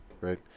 right